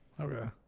Okay